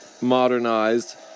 modernized